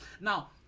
Now